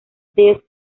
this